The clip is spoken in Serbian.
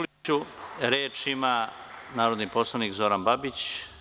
Reč ima narodni poslanik Zoran Babić.